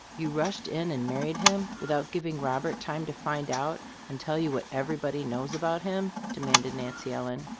you rushed in and married him without giving robert time to find out and tell you what everybody knows about him? demanded nancy ellen.